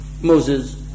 Moses